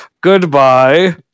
Goodbye